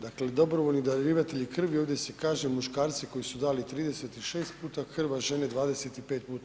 Dakle, dobrovoljni darivatelji krvi ovdje se kaže muškarci koji su dali 36 puta krv, a žene 25 puta.